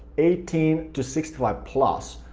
eighteen to sixty five plus.